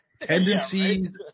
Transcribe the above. tendencies